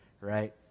right